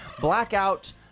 Blackout